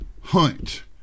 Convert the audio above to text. Hunt